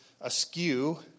askew